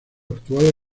actual